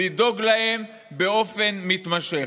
לדאוג להם באופן מתמשך.